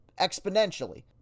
exponentially